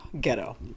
Ghetto